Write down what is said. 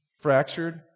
Fractured